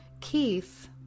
Keith